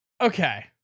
okay